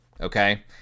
okay